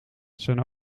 zijn